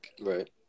right